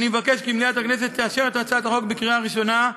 אני מבקש שמליאת הכנסת תאשר את הצעת החוק בקריאה ראשונה,